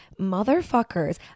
motherfuckers